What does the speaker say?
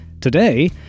Today